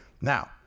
Now